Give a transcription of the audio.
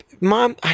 mom